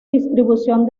distribución